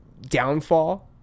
downfall